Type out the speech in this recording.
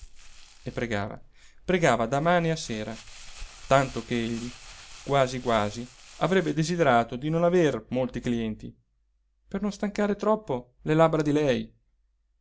e pregava pregava da mane a sera tanto che egli quasi quasi avrebbe desiderato di non aver molti clienti per non stancare troppo le labbra di lei